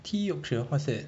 tea yorkshire what is that